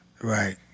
Right